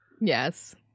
Yes